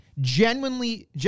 genuinely